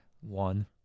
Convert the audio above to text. one